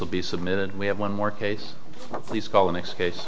still be submitted we have one more case please call the next case